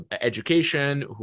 education